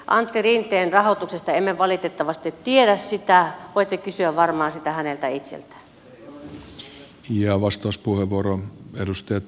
antti rinteen rahoituksesta emme valitettavasti tiedä voitte kysyä varmaan sitä häneltä itseltään